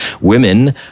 Women